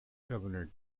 governor